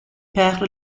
père